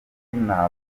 navuga